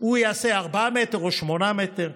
הוא יעשה ארבעה מטרים או שמונה מטרים,